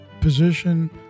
position